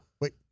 Wait